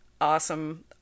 awesome